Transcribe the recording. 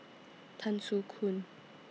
Tan Soo Khoon